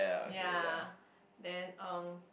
ya then uh